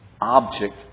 object